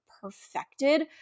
perfected